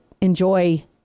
enjoy